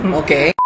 okay